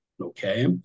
Okay